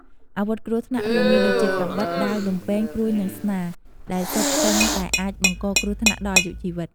អាវុធគ្រោះថ្នាក់ រួមមានដូចជា កាំបិត ដាវ លំពែង ព្រួញ និងស្នា ដែលសុទ្ធសឹងតែអាចបង្កគ្រោះថ្នាក់ដល់អាយុជីវិត។